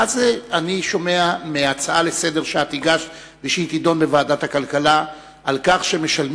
אני שומע מהצעה לסדר-היום שאת הגשת ושתידון בוועדת הכלכלה שאנשים